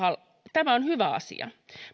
tämä on hyvä asia